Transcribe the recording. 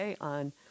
on